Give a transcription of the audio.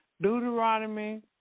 Deuteronomy